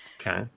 Okay